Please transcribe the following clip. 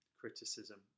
criticism